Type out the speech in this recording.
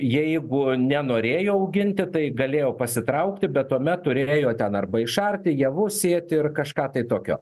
jeigu nenorėjo auginti tai galėjo pasitraukti bet tuomet turėjo ten arba išarti javus sėti ir kažką tai tokio